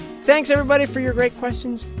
thanks, everybody, for your great questions.